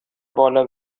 بالا